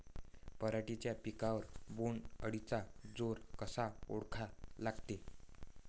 पराटीच्या पिकावर बोण्ड अळीचा जोर कसा ओळखा लागते?